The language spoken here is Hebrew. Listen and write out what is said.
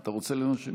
אתה רוצה להירשם?